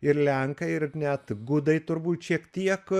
ir lenkai ir net gudai turbūt šiek tiek